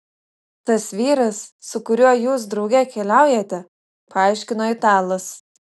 tas vyras su kuriuo jūs drauge keliaujate paaiškino italas